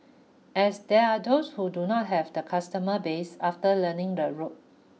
as there are those who do not have the customer base after learning the ropes